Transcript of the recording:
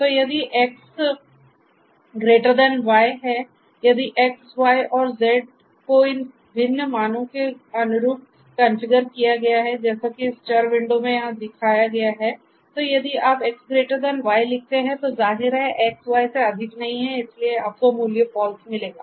तो XY यदि X Y और Z को इन भिन्न मानों के अनुरूप कॉन्फ़िगर किया गया है जैसा कि इस चर विंडो में यहाँ दिखाया गया है तो यदि आप XY लिखते हैं तो जाहिर है X Y से अधिक नहीं है इसलिए आपको मूल्य false मिलेगा